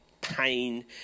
pain